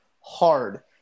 hard